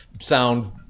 sound